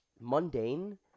mundane